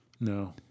No